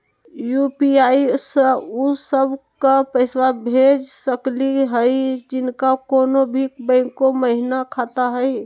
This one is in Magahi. यू.पी.आई स उ सब क पैसा भेज सकली हई जिनका कोनो भी बैंको महिना खाता हई?